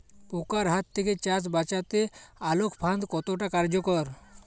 পোকার হাত থেকে চাষ বাচাতে আলোক ফাঁদ কতটা কার্যকর?